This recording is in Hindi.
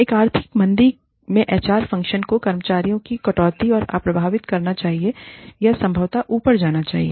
एक आर्थिक मंदी में एचआर फ़ंक्शन को कर्मचारियों की कटौती में अप्रभावित रहना चाहिए या संभवतः ऊपर जाना चाहिए